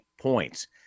points